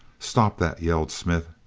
stop that! yelled smith.